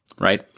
right